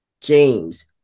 James